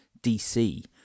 DC